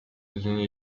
ისინი